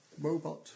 robot